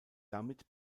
damit